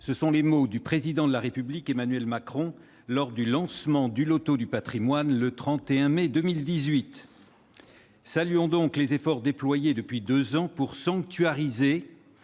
ce sont les mots du Président de la République, Emmanuel Macron, lors du lancement du loto du patrimoine le 31 mai 2018.